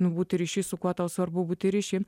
nu būti ryšy su kuo tau svarbu būti ryšy